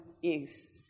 use